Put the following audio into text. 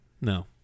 No